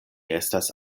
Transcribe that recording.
estas